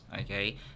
okay